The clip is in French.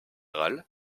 général